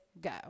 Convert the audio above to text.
go